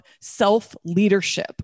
self-leadership